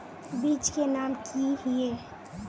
बीज के नाम की हिये?